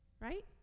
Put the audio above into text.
Right